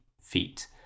feet